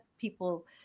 people